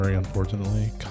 unfortunately